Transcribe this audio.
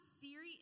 Siri